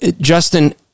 Justin